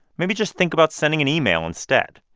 maybe just think about sending an email instead.